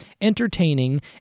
entertaining